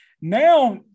Now